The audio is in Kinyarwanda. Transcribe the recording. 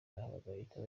bagahita